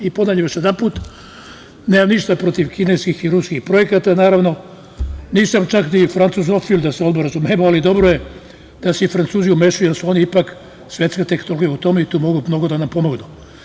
Ponavljam još jedanput, nemam ništa protiv Kineskih i Ruskih projekata, a naravno ni Francuzofil, da se razumemo, ali dobro je da se Francuzi umešaju, jer su oni ipak svetska tehnologija u tome i tu mogu mnogo da nam pomognu.